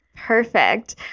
Perfect